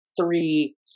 three